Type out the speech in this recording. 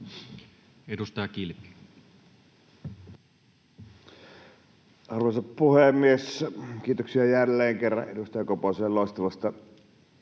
Content: Arvoisa puhemies! Kiitoksia jälleen kerran edustaja Koposen loistavasta